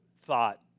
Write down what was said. thought